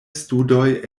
studoj